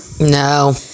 no